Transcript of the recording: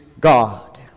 God